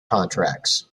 contracts